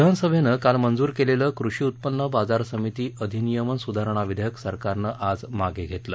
विधानसभेनं काल मंजूर केलेलं कृषी उत्पन्न बाजार समिती अधिनियम सुधारणा विधेयक सरकारनं आज मागे घेतलं